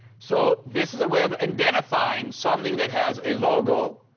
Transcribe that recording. so this is a way of and identifying something that has a logo.